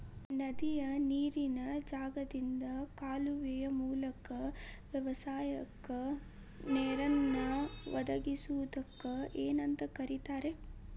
ನದಿಯ ನೇರಿನ ಜಾಗದಿಂದ ಕಾಲುವೆಯ ಮೂಲಕ ವ್ಯವಸಾಯಕ್ಕ ನೇರನ್ನು ಒದಗಿಸುವುದಕ್ಕ ಏನಂತ ಕರಿತಾರೇ?